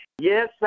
Yes